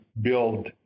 build